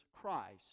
Christ